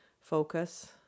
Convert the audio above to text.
focus